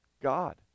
God